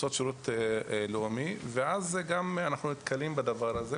עושות שירות לאומי ואז גם אנחנו נתקלים בדבר הזה,